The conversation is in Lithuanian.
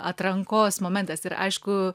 atrankos momentas ir aišku